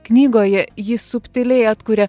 knygoje ji subtiliai atkuria